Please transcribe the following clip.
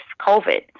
COVID